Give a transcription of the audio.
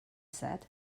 said